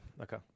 okay